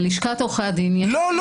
ללשכת עורכי הדין --- לא.